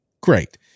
Great